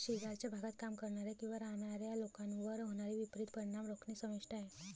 शेजारच्या भागात काम करणाऱ्या किंवा राहणाऱ्या लोकांवर होणारे विपरीत परिणाम रोखणे समाविष्ट आहे